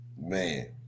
Man